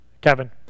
Kevin